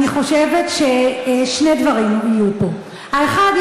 אני חושבת ששני דברים יהיו פה: האחד,